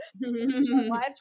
live